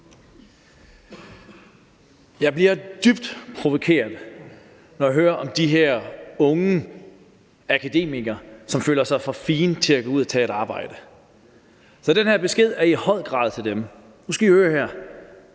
Jeg bliver dybt provokeret, når jeg hører om de her unge akademikere, som føler sig for fine til at gå ud og tage et arbejde, så den her besked er i høj grad til dem: Nu skal I høre her,